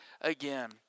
again